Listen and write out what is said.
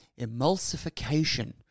emulsification